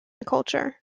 culture